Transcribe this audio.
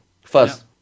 first